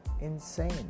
insane